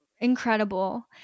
incredible